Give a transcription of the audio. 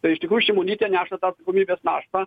tai iš tikrųjų šimonytė neša tą atsakomybės naštą